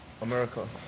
America